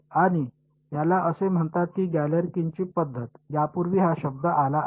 आणि याला असे म्हणतात की गॅलेरकिनची पद्धत यापूर्वी हा शब्द आला आहे